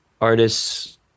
artists